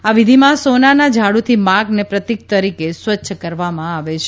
આ વિધિમાં સોનાના ઝાડુથી માર્ગને પ્રતિક તરીકે સ્વચ્છ કરવામાં આવે છે